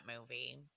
movie